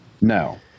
no